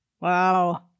Wow